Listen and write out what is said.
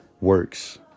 works